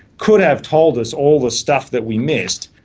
could have told us all the stuff that we missed,